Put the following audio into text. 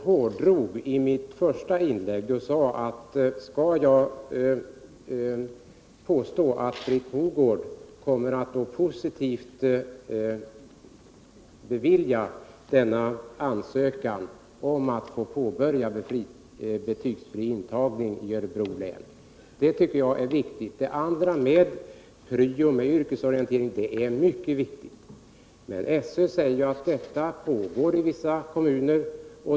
Herr talman! I mitt första inlägg hårdrog jag vad statsrådet sagt i sitt svar när jag undrade om det skulle uppfattas så att Britt Mogård kommer att bifalla ansökan om att få påbörja betygsfri intagning i Örebro län. Det är detta jag tycker är viktigt. Yrkesorientering osv. är också något mycket viktigt, men SÖ säger ju att den verksamheten pågår i vissa kommuner.